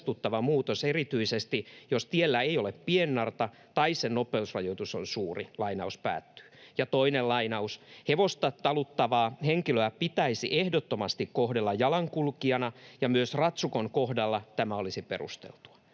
Ja toinen lainaus: